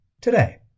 Today